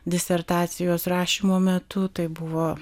disertacijos rašymo metu tai buvo